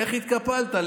איך התקפלת?